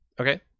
Okay